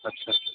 अच्छा